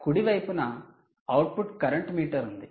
కుడి వైపున output current meter ఉంది